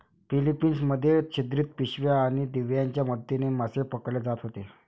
Philippines मध्ये छिद्रित पिशव्या आणि दिव्यांच्या मदतीने मासे पकडले जात होते